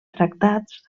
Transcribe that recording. tractats